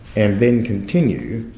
and then continue